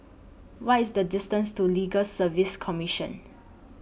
What IS The distance to Legal Service Commission